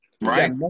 Right